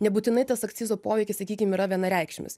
nebūtinai tas akcizo poveikis sakykim yra vienareikšmis